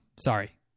sorry